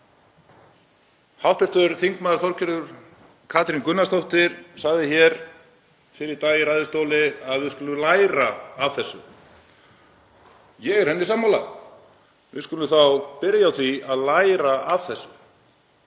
Hv. þm. Þorgerður Katrín Gunnarsdóttir sagði hér fyrr í dag í ræðustól að við skyldum læra af þessu. Ég er henni sammála. Við skulum þá byrja á því að læra af þessu.